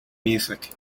music